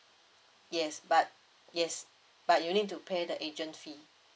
yes but yes but you need to pay the agent fee